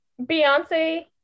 Beyonce